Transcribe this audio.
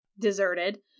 deserted